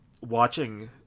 watching